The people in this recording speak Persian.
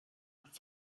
فقط